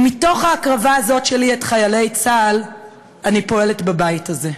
ומתוך ההקרבה הזאת שלי את חיילי צה"ל אני פועלת בבית הזה.